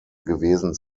gewesen